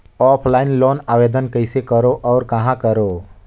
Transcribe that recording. Offline loan आवेदन कइसे करो और कहाँ करो?